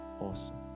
Awesome